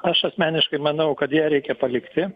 aš asmeniškai manau kad ją reikia palikti